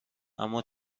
اما